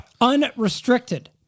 Unrestricted